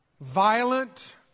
violent